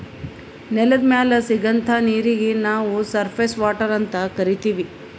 ನೆಲದ್ ಮ್ಯಾಲ್ ಸಿಗಂಥಾ ನೀರೀಗಿ ನಾವ್ ಸರ್ಫೇಸ್ ವಾಟರ್ ಅಂತ್ ಕರೀತೀವಿ